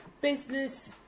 Business